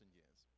years